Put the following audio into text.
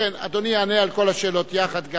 אדוני יענה על כל השאלות יחד.